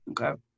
okay